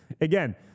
again